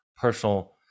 personal